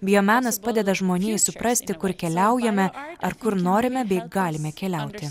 vien menas padeda žmonijai suprasti kur keliaujame ar kur norime bei galime keliauti